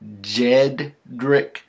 Jedrick